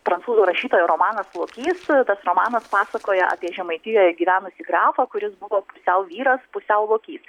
prancūzų rašytojo romanas lokys tas romanas pasakoja apie žemaitijoje gyvenusi grafą kuris buvo pusiau vyras pusiau lokys